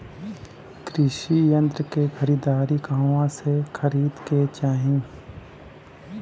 कृषि यंत्र क खरीदारी कहवा से खरीदे के चाही?